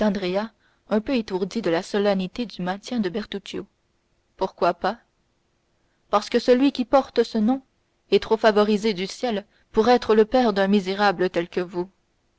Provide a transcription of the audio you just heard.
un peu étourdi de la solennité du maintien de bertuccio pourquoi pas parce que celui qui porte ce nom est trop favorisé du ciel pour être le père d'un misérable tel que vous